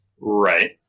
Right